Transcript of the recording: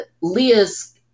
Leah's